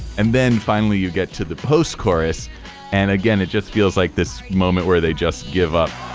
and then finally, you get to the post chorus and again, it just feels like this moment where they just give up